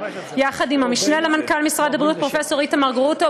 יחד עם המשנה למנכ"ל משרד הבריאות פרופסור איתמר גרוטו.